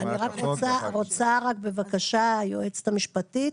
אני רק רוצה, בבקשה, היועצת המשפטית,